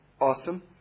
awesome